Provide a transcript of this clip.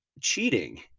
cheating